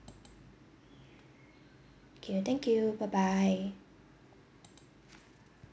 okay thank you bye bye